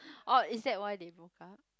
oh is that why they broke up